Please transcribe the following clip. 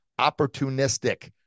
opportunistic